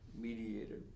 mediator